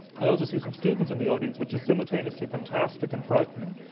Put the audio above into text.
i also see some students in the audience, which simultaneously fantastic and frightening.